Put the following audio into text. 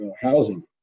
housing